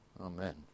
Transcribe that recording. Amen